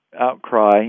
outcry